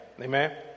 Amen